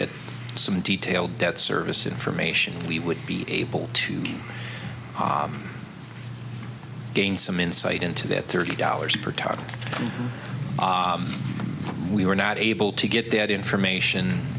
at some detail debt service information we would be able to gain some insight into that thirty dollars per topic we were not able to get that information